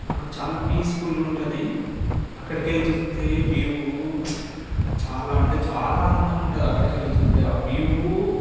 చాలా పీస్ఫుల్గా ఉంటుంది అక్కడికి వెళ్ళి చూస్తే వ్యూ చాలా అంటే చాలా ఆనందంగా ఉంటుంది అక్కడికి వెళ్ళి చూస్తే ఆ వ్యూ